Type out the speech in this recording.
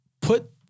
put